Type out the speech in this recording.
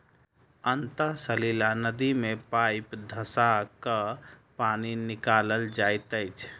अंतः सलीला नदी मे पाइप धँसा क पानि निकालल जाइत अछि